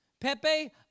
Pepe